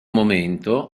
momento